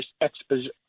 exposition